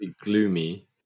gloomy